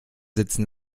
sitzen